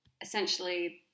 essentially